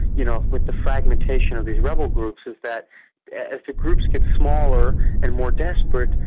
you know with the fragmentation of these rebel groups, is that as the groups get smaller and more desperate,